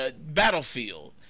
Battlefield